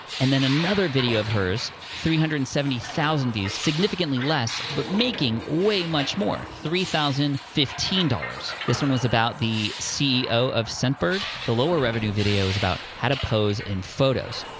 and then another video of hers, three hundred and seventy thousand views, significantly less, but making way much more three thousand and fifteen dollars. this one was about the ceo of scentbird. the lower revenue video is about how to pose in photos.